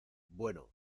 bueno